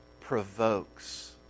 provokes